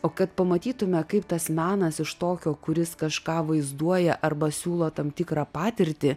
o kad pamatytume kaip tas menas iš tokio kuris kažką vaizduoja arba siūlo tam tikrą patirtį